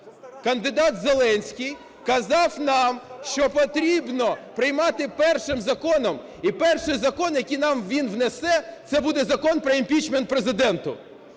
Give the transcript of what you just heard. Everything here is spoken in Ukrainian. Кандидат Зеленський казав нам, що потрібно приймати першим законом, і перший закон, який нам він внесе, – це буде Закон про імпічмент Президенту.